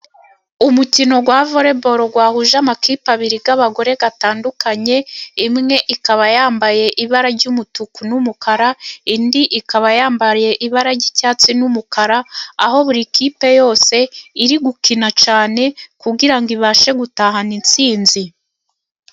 Umukino wa volley ball wahuje amakipe abiri y'abagore atandukanye, imwe ikaba yambaye ibara ry'umutuku n'umukara, indi ikaba yambaye ibara ry'icyatsi n'umukara, aho buri kipe yose iri gukina cyane kugirango ibashe gutahana insinzi.